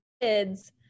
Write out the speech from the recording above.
kids